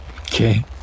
Okay